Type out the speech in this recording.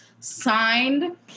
signed